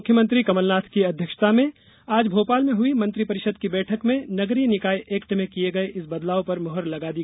मुख्यमंत्री कमलनाथ की अध्यक्षता में आज भोपाल में हई मंत्रिपरिषद की बैठक में नगरीय निकाय एक्ट में किये गये इस बदलाव पर मुहर लगा दी